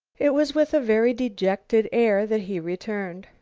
it was with a very dejected air that he returned.